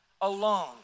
alone